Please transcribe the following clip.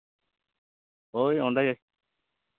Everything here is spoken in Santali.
ᱦᱳᱭ ᱚᱱᱰᱮ